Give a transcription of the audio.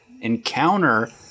encounter